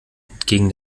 entgegen